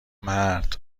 مرد